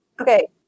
Okay